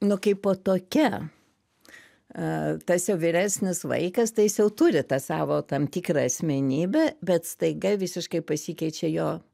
nu kaipo tokia a tas jau vyresnis vaikas tai jis jau turi tą savo tam tikrą asmenybę bet staiga visiškai pasikeičia jo